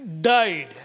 died